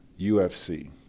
UFC